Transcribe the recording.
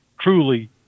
truly